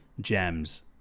gems